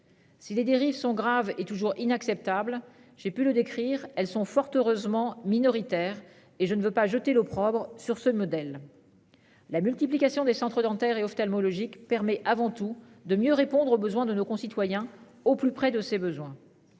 Si les dérives sont graves est toujours inacceptable. J'ai pu le décrire. Elles sont fort heureusement minoritaires et je ne veux pas jeter l'opprobre sur ce modèle. La multiplication des centres dentaires et ophtalmologiques permet avant tout de mieux répondre aux besoins de nos concitoyens au plus près de ses besoins.